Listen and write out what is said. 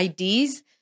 IDs